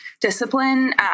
discipline